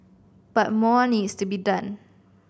but more needs to be done